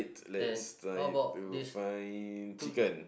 let's try to find chicken